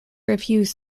refuse